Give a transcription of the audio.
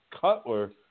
Cutler